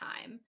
time